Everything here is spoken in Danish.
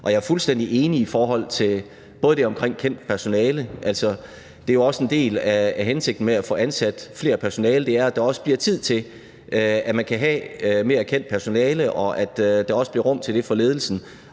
Jeg er fuldstændig enig i forhold til det omkring kendt personale. Det er jo også en del af hensigten med at få ansat mere personale, nemlig at der også bliver tid til, at man kan have mere kendt personale, og at der også bliver rum til det fra ledelsens